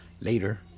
later